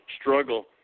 struggle